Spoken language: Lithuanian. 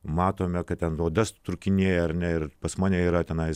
matome kad ten oda sutrūkinėja ar ne ir pas mane yra tenai